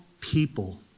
people